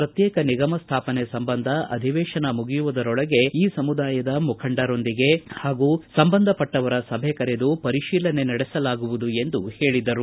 ಪ್ರತ್ಯೇಕ ನಿಗಮ ಸ್ಥಾಪನೆ ಸಂಬಂಧ ಅಧಿವೇತನ ಮುಗಿಯುವುದರೊಳಗೆ ಈ ಸಮುದಾಯದ ಮುಖಂಡರೊಂದಿಗೆ ಹಾಗೂ ಸಂಬಂಧಪಟ್ಟವರ ಸಭೆ ಕರೆದು ಪರಿಶೀಲನೆ ನಡೆಸಲಾಗುವುದು ಎಂದು ಹೇಳಿದರು